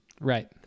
Right